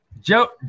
Joe